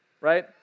right